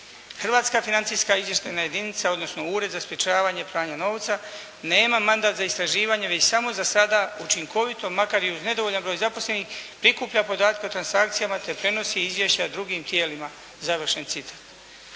Hrvatska financijska izvještajna jedinica odnosno Ured za sprečavanje pranja novca nema mandat za istraživanje već samo za sada učinkovito makar i uz nedovoljan broj zaposlenih prikuplja podatke o transakcijama te prenosi izvješća drugim tijelima.» Završen citat.